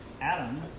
Adam